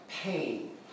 pain